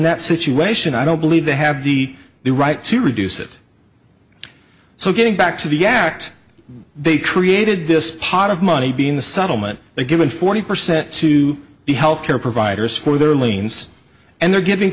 that situation i don't believe they have the the right to reduce it so getting back to the act they created this pot of money being the settlement they've given forty percent to the health care providers for their liens and they're giving